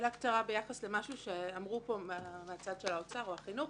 שאלה קצרה לגבי מה שנאמר פה מצד האוצר או החינוך.